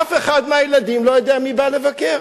אף אחד מהילדים לא יודע מי בא לבקר.